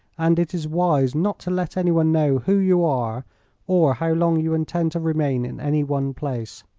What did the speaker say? and it is wise not to let anyone know who you are or how long you intend to remain in any one place.